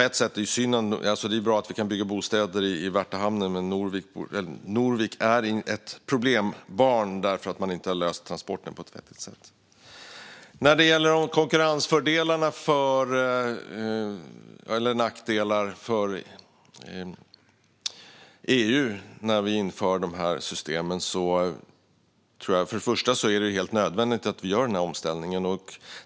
Det är bra att vi kan bygga bostäder i Värtahamnen, men Norvik är ett problembarn därför att man inte har löst transporterna på ett vettigt sätt. När det gäller konkurrensfördelarna, eller nackdelarna, för EU när vi inför systemen tror jag att det först och främst är helt nödvändigt att omställningen görs.